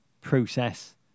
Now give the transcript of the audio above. process